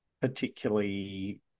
particularly